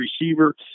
receiver